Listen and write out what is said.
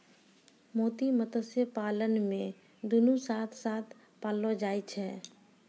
मोती मत्स्य पालन मे दुनु साथ साथ पाललो जाय छै